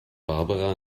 barbara